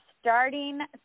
starting